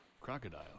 Crocodile